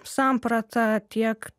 samprata tiek